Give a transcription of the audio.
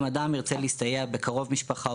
אם אדם ירצה להסתייע בקרוב משפחה,